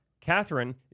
Catherine